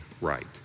right